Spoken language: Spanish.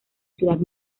ciudad